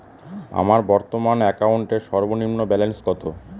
আমার বর্তমান অ্যাকাউন্টের সর্বনিম্ন ব্যালেন্স কত?